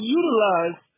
utilize